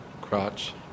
Crotch